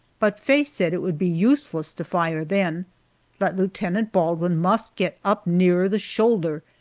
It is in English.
but faye said it would be useless to fire then that lieutenant baldwin must get up nearer the shoulder,